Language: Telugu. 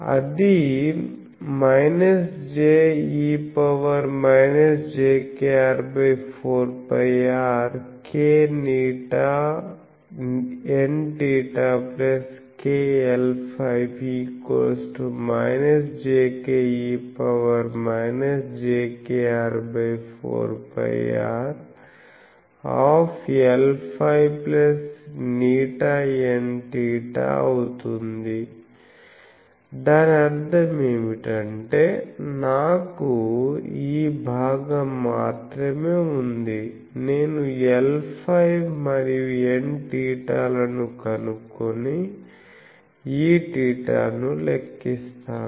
అది je jkr4πrkηNθ k Lφ jke jkr4πrLφ ηNθ అవుతుంది దాని అర్థం ఏమిటంటే నాకు ఈ భాగం మాత్రమే ఉంది నేను Lφ మరియు Nθ లను కనుక్కొని Eθ ను లెక్కిస్తాను